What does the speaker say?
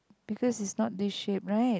because it's not this shape right